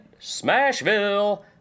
Smashville